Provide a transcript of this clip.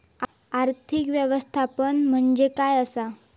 आर्थिक व्यवस्थापन म्हणजे काय असा?